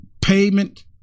payment